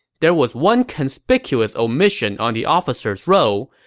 there was one conspicuous omission on the officers roll.